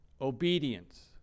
obedience